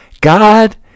God